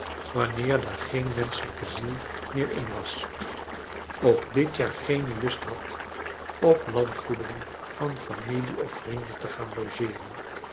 wanneer daar geen menschelijke ziel meer in was ook dit jaar geen lust had op landgoederen van familie of vrienden te gaan logeeren